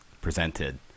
presented